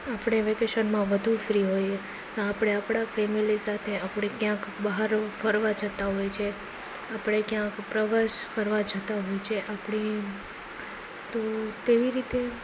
આપણે વેકેશનમાં વધુ ફ્રી હોય ત્યારે આપણે આપણા ફેમિલી સાથે આપણે ક્યાંક બહાર ફરવા જતા હોઈ છે આપણે ક્યાંક પ્રવાસ ફરવા જતા હોઈ છે તો તેવી રીતે